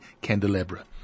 candelabra